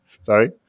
sorry